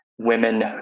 women